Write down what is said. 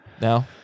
no